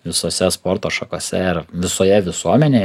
visose sporto šakose ar visoje visuomenėj